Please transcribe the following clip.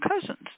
cousins